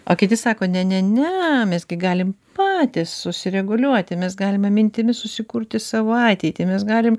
o kiti sako ne ne ne mes gi galim patys susireguliuoti mes galime mintimis susikurti savo ateitį mes galim